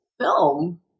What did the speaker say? film